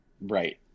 Right